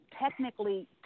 Technically